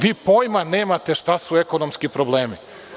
Vi pojma nemate šta su ekonomski problemi.